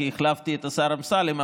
כי החלפתי את השר אמסלם,